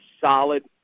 solid